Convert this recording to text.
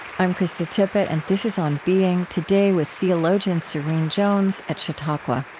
i'm krista tippett, and this is on being. today, with theologian serene jones at chautauqua